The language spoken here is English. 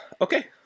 Okay